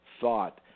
thought